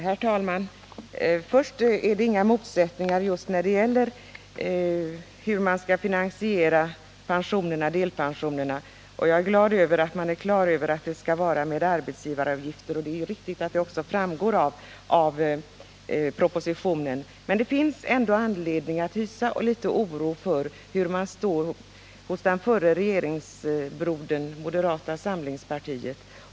Herr talman! Till att börja med: Det råder inga motsättningar när det gäller hur man skall finansiera pensionerna och delpensionerna. Jag är glad över att man är på det klara med att finansieringen skall ske med arbetsgivaravgifter, och det är riktigt att det också framgår av propositionen. Det finns ändå anledning att hysa viss oro över inställningen hos den förra regeringsbrodern, moderata samlingspartiet.